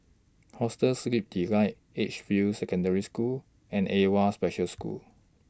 Hostel Sleep Delight Edgefield Secondary School and AWWA Special School